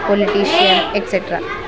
politician etcetera